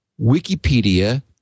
Wikipedia